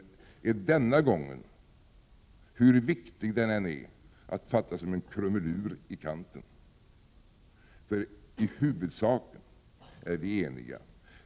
Den är denna gång, hur viktig den än är, att betrakta som en krumelur i kanten. I huvudsak är vi eniga.